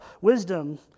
Wisdom